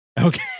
Okay